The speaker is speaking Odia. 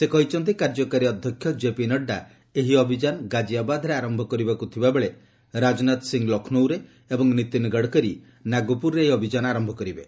ସେ କହିଛନ୍ତି କାର୍ଯ୍ୟକାରୀ ଅଧ୍ୟକ୍ଷ ଜେପି ନଡ୍ରା ଏହି ଅଭିଯାନ ଗାଜିଆବାଦରେ ଆରମ୍ଭ କରିବାକୁ ଥିବା ବେଳେ ରାଜନାଥ ସିଂହ ଲକ୍ଷ୍ନୌରେ ଏବଂ ନୀତିନ ଗଡ଼କରୀ ନାଗପୁରରେ ଏହି ଅଭିଯାନ ଆରମ୍ଭ କରିବେ